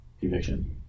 conviction